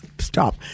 Stop